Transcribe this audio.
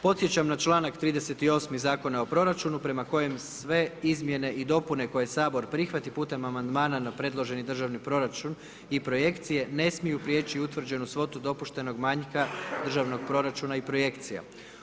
Podsjećam na članak 38., Zakona o proračunu, prema kojem sve izmjene i dopune koje Sabor prihvati putem amandmana na predloženi državni proračun i projekcije, ne smiju prijeći utvrđenu svotu dopuštenog manjka državnog proračuna i projekcija.